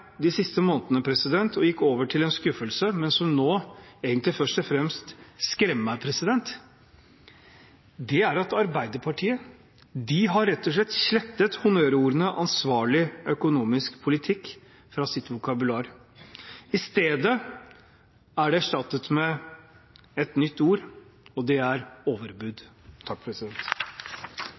de siste månedene, og som gikk over til en skuffelse, men som nå egentlig først og fremst skremmer meg, er at Arbeiderpartiet rett og slett har slettet honnørordene «ansvarlig økonomisk politikk» fra sitt vokabular. I stedet er det erstattet med et nytt ord, og det er